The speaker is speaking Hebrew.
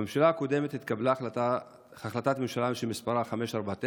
בממשלה הקודמת התקבלה החלטת ממשלה שמספרה 549,